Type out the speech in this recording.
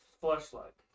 Flashlight